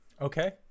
Okay